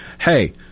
hey